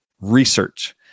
research